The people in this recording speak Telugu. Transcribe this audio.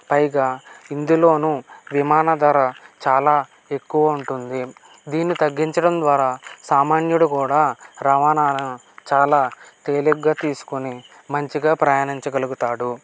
పైగా ఇందులోనూ విమాన ధర చాలా ఎక్కువ ఉంటుంది దీన్ని తగ్గించడం ద్వారా సామాన్యుడు కూడా రవాణాను చాలా తేలిగ్గా తీసుకొని మంచిగా ప్రయాణించగలుగుతాడు